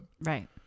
Right